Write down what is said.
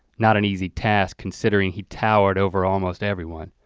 not an easy task considering he towered over almost everyone,